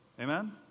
Amen